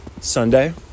Sunday